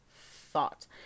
thought